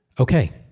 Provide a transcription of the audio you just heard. ok.